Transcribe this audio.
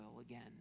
again